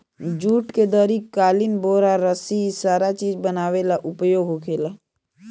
जुट के दरी, कालीन, बोरा, रसी इ सारा चीज बनावे ला उपयोग होखेला